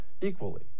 equally